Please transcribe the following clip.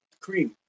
cream